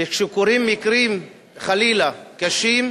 וכשקורים מקרים, חלילה, קשים,